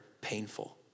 painful